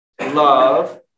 love